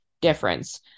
difference